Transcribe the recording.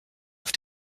auf